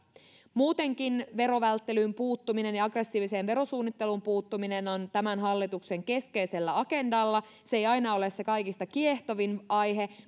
muutenkin verovälttelyyn ja aggressiiviseen verosuunnitteluun puuttuminen on tämän hallituksen keskeisellä agendalla se ei aina ole se kaikista kiehtovin aihe